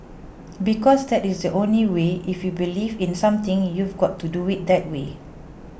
because that is the only way if you believe in something you've got to do it that way